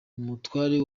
umutware